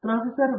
professor V